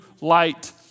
light